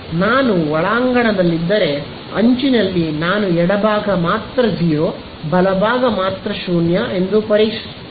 ನಾನು ಒಳಾಂಗಣದಲ್ಲಿದ್ದರೆ ಅಂಚಿನಲ್ಲಿ ನಾನು ಎಡಭಾಗ ಮಾತ್ರ 0 ಬಲಭಾಗ ಮಾತ್ರ 0 ಎಂದು ಪರೀಕ್ಷಿಸುತ್ತಿದ್ದೇನೆ